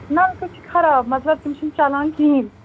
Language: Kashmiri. نَلکہٕ چھِ خراب مطلب تِم چھِنہٕ چلان کِہیٖنٛۍ